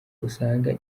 usanga